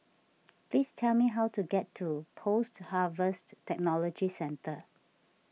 please tell me how to get to Post Harvest Technology Centre